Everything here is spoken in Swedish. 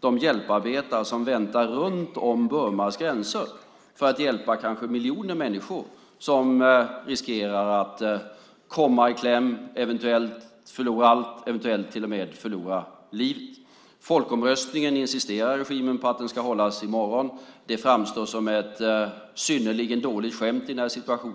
de hjälparbetare som väntar runt om Burmas gränser ska släppas in för att hjälpa kanske miljoner människor som riskerar att komma i kläm, eventuellt förlora allt, och eventuellt till och med förlora livet. Regimen insisterar på att folkomröstningen ska hållas i morgon. Det framstår som ett synnerligen dåligt skämt i denna situation.